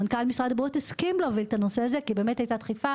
מנכ"ל משרד הבריאות הסכים להוביל את הנושא הזה כי באמת הייתה דחיפה,